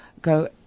go